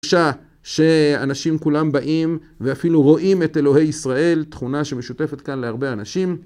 שאנשים כולם באים ואפילו רואים את אלוהי ישראל, תכונה שמשותפת כאן להרבה אנשים.